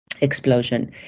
explosion